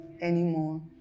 anymore